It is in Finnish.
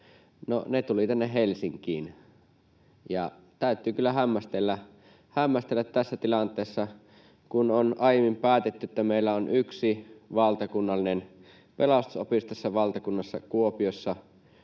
ne tulivat tänne Helsinkiin. Sitä täytyy kyllä hämmästellä tässä tilanteessa, kun on aiemmin päätetty, että meillä on yksi valtakunnallinen pelastusopisto tässä valtakunnassa, Kuopiossa,